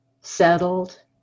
settled